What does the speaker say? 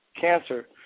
cancer